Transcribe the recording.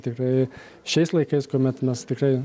tikrai šiais laikais kuomet mes tikrai